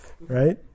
right